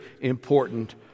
important